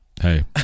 Hey